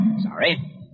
sorry